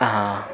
હા